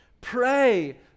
Pray